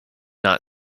not